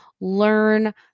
learn